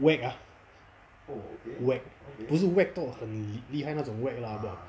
whack ah whack 不是 whack 到很厉害那种 whack ah